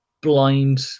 blind